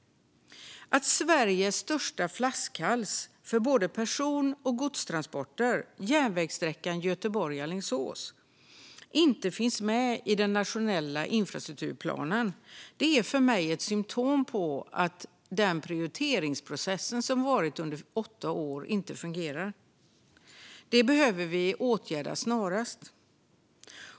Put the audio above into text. Att Sveriges största flaskhals för både person och godstransporter, järnvägssträckan Göteborg-Alingsås, inte finns med i den nationella infrastrukturplanen är för mig ett symtom på att den prioriteringsprocess som funnits under åtta år inte fungerar. Detta behöver vi åtgärda snarast.